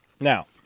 Now